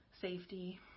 safety